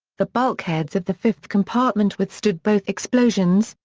the bulkheads of the fifth compartment withstood both explosions,